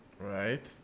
right